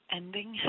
ending